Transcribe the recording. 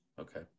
okay